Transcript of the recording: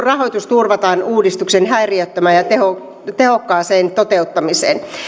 rahoitus uudistuksen häiriöttömään ja tehokkaaseen toteuttamiseen